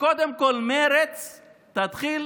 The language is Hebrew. שקודם כול מרצ תתחיל